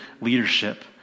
leadership